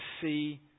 see